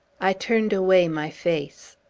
i turned away my face.